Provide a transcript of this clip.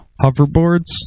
hoverboards